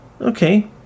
okay